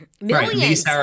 Millions